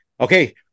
Okay